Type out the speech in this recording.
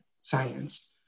science